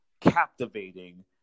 captivating